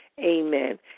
Amen